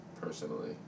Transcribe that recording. personally